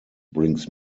brings